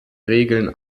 regeln